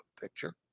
picture